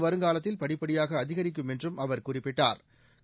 வருங்காலத்தில் படிப்படியாக அதிகரிக்கும் என்றம் அவர் இது குறிப்பிட்டாா்